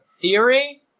theory